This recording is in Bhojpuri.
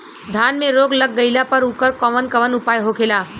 धान में रोग लग गईला पर उकर कवन कवन उपाय होखेला?